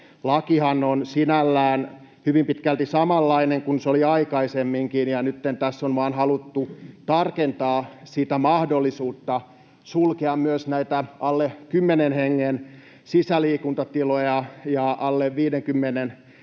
lakihan on sinällään hyvin pitkälti samanlainen kuin se oli aikaisemminkin, ja nytten tässä on vain haluttu tarkentaa sitä mahdollisuutta sulkea myös näitä alle kymmenen hengen sisäliikuntatiloja ja alle 50 hengen